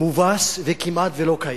מובס וכמעט ולא קיים.